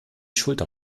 schulter